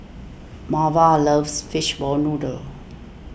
Marva loves Fishball Noodle